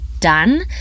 Done